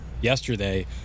yesterday